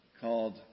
called